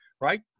Right